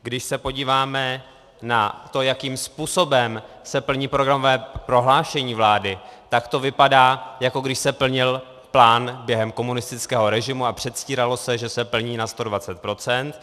Když se podíváme na to, jakým způsobem se plní programové prohlášení vlády, tak to vypadá, jako když se plnil plán během komunistického režimu a předstíralo se, že se plní na 120 %.